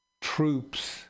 troops